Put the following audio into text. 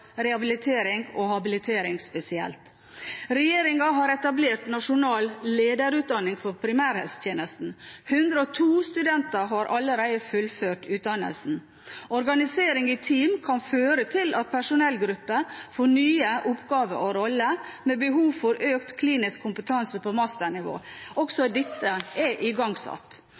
rehabilitering og habilitering spesielt. Regjeringen har etablert Nasjonal lederutdanning for primærhelsetjenesten. 102 studenter har allerede fullført utdannelsen. Organisering i team kan føre til at personellgrupper får nye oppgaver og roller, med behov for økt klinisk kompetanse på masternivå. Også dette er igangsatt.